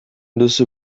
duzu